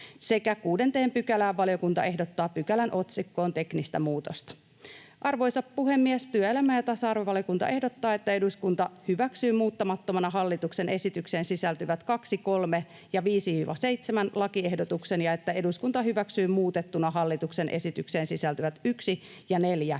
— ja 6 §:ään valiokunta ehdottaa pykälän otsikkoon teknistä muutosta. Arvoisa puhemies! Työelämä- ja tasa-arvovaliokunta ehdottaa, että eduskunta hyväksyy muuttamattomana hallituksen esitykseen sisältyvät 2., 3. ja 5.—7. lakiehdotuksen ja että eduskunta hyväksyy muutettuna hallituksen esitykseen sisältyvät 1. ja 4.